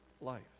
life